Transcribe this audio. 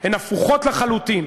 הן הפוכות לחלוטין,